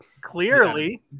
Clearly